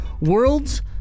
World's